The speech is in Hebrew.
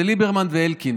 זה ליברמן ואלקין,